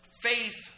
Faith